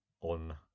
on